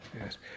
yes